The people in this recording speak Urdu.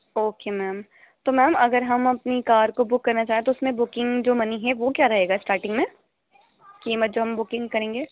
اوکے میم تو میم اگر ہم اپنی کار کو بک کرنا چاہیں تو اس میں بکنگ جو منی ہے وہ کیا رہے گا اسٹارٹنگ میں قیمت جو ہم بکنگ کریں گے